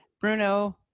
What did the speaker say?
bruno